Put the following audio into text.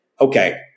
okay